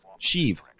Sheev